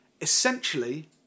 essentially